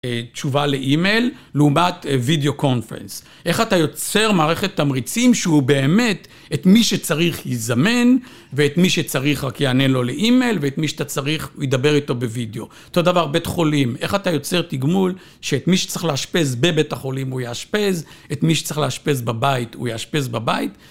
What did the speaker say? תשובה ל-E-Mail, לעומת Video Conference? איך אתה יוצר מערכת תמריצים שהוא באמת, את מי שצריך ייזמן, ואת מי שצריך רק יענה לו ל-E-Mail, ואת מי שאתה צריך, הוא ידבר איתו ב-Video. אותו דבר, בית חולים, איך אתה יוצר תגמול, שאת מי שצריך לאשפז בבית החולים, הוא יאשפז, את מי שצריך לאאשפז בבית, הוא יאשפז בבית.